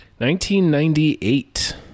1998